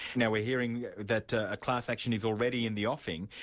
now we're hearing that a class action is already in the offing,